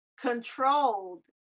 controlled